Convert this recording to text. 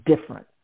different